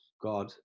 God